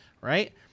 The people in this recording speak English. right